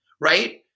right